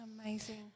Amazing